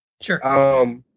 Sure